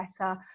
better